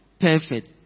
Perfect